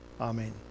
Amen